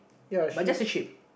ya she